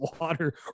water